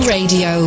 Radio